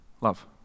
Love